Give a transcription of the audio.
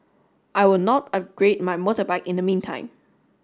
I will not upgrade my motorbike in the meantime